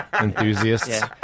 enthusiasts